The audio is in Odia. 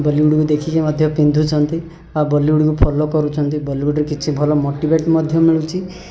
ବଲିଉଡ଼୍କୁ ଦେଖିକି ମଧ୍ୟ ପିନ୍ଧୁଛନ୍ତି ଆଉ ବଲିଉଡ଼୍କୁ ଫୋଲୋ କରୁଛନ୍ତି ବଲିଉଡ଼୍ରେ କିଛି ଭଲ ମୋଟିଭେଟ୍ ମଧ୍ୟ ମିଳୁଛି